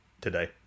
today